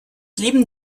leben